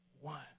one